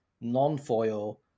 non-foil